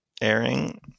airing